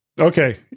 okay